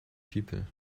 people